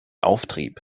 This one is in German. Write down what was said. auftrieb